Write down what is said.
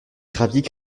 graviers